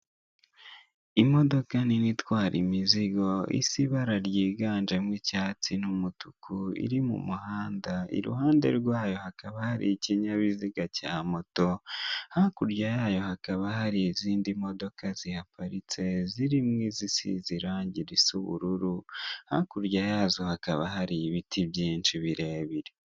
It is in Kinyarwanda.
Imodoka nini itwara imizigo isa ibara ryiganjemo icyatsi n'umutuku iri mu muhanda, iruhande rwayo hakaba hari ikinyabiziga cya moto hakurya yayo hakaba hari izindi modoka zihaparitse zirimo izisize irange risa n'ubururu, hakurya yazo hakaba hari ibiti byinshi birebire.